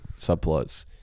subplots